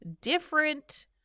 different